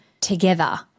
together